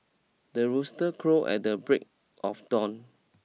the rooster crow at the break of dawn